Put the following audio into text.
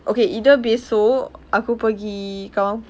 okay either besok aku pergi kaw~